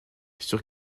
sur